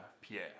Pierre